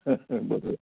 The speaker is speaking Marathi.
हं हं बरोबर